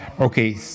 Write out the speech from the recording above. okay